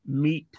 meet